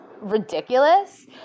ridiculous